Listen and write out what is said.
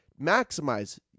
Maximize